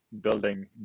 building